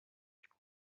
people